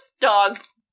dogs